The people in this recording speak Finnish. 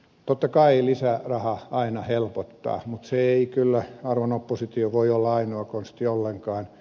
totta kai lisäraha aina helpottaa mutta se ei kyllä arvon oppositio voi olla ainoa konsti ollenkaan